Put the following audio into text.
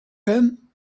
him